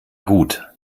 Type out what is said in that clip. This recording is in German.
gut